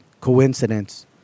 coincidence